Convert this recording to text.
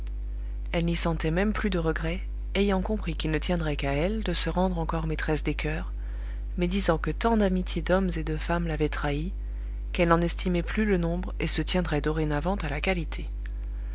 elle n'y sentait même plus de regret ayant compris qu'il ne tiendrait qu'à elle de se rendre encore maîtresse des coeurs mais disant que tant d'amitiés d'hommes et de femmes l'avaient trahie qu'elle n'en estimait plus le nombre et se tiendrait dorénavant à la qualité